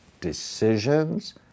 decisions